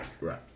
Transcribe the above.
Right